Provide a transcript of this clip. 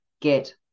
get